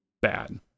bad